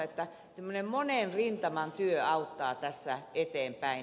eli tämmöinen monen rintaman työ auttaa tässä eteenpäin